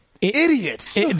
idiots